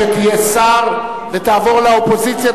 כשתהיה שר ותעבור לאופוזיציה,